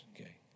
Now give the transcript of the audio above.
Okay